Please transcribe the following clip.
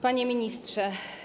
Panie Ministrze!